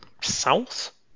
south